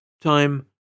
Time